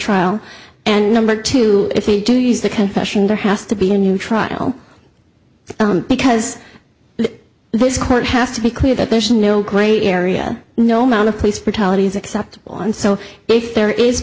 trial and number two if they do use the confession there has to be a new trial because this court has to be clear that there's no gray area no mounted police brutality is acceptable and so if there is